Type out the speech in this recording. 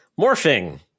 Morphing